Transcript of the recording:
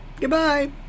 Goodbye